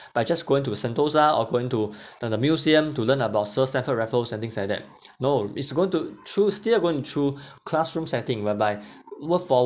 by just going to sentosa or going to the the museum to learn about sir stamford raffles and things like that no it's going to through still going through classroom setting whereby work for